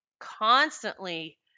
constantly